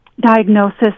diagnosis